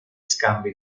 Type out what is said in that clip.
scambi